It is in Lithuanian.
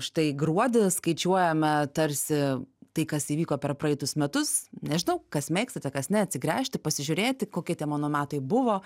štai gruodį skaičiuojame tarsi tai kas įvyko per praeitus metus nežinau kas mėgstate kas ne atsigręžti pasižiūrėti kokie tie mano metai buvo